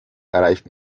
erreicht